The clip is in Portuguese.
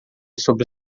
sobre